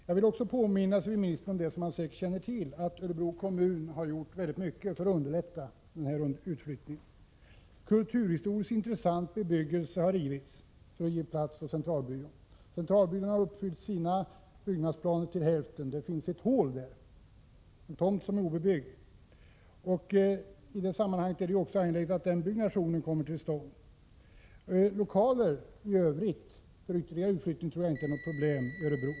Jag vill påminna civilministern om det som han säkert känner till, nämligen att Örebro kommun har gjort mycket för att underlätta denna utflyttning från Stockholm. Kulturhistoriskt intressant bebyggelse har rivits för att ge plats för statistiska centralbyrån. Statistiska centralbyrån har uppfyllt sina byggnadsplaner till hälften. Det finns alltså ett hål där — en tomt som är obebyggd. I detta sammanhang är det angeläget att denna byggnation kommer till stånd. Jag tror inte att det är några problem med lokaler för ytterligare utflyttning från Stockholm till Örebro.